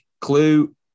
Clue